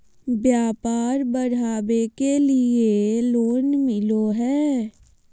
व्यापार बढ़ावे के लिए लोन मिलो है?